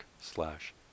slash